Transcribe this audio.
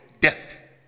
death